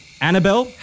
Annabelle